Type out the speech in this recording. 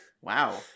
wow